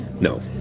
No